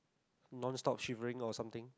non stop shivering or something